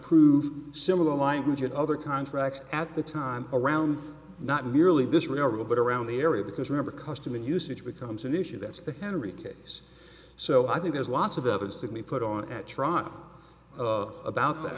prove similar language and other contracts at the time around not merely this real rule but around the area because remember custom and usage becomes an issue that's the henry case so i think there's lots of evidence that we put on at trot about that